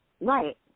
Right